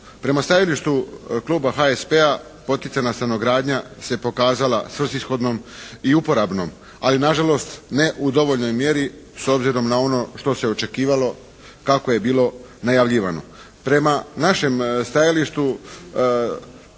Prema stajalištu kluba HSP-a poticajna stanogradnja se pokazala svrsishodnom i uporabnom, ali nažalost ne u dovoljnoj mjeri s obzirom na ono što se očekivalo kako je bilo najavljivano. Prema našem stajalištu